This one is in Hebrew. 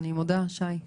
אני מודה, שי.